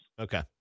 Okay